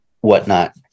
whatnot